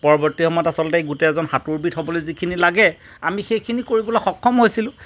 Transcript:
পৰৱৰ্তী সময়ত আচলতে গোটেই এজন সাঁতোৰবিদ হ'বলৈ যিখিনি লাগে আমি সেইখিনি কৰিবলে সক্ষম হৈছিলোঁ